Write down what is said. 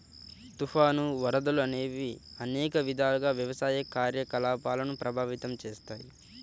తుఫాను, వరదలు అనేవి అనేక విధాలుగా వ్యవసాయ కార్యకలాపాలను ప్రభావితం చేస్తాయి